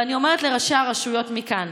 ואני אומרת לראשי הרשויות מכאן: